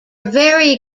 very